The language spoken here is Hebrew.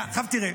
תראה,